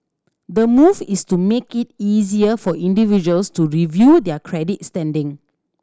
the move is to make it easier for individuals to review their credit standing